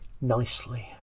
nicely